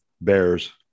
bears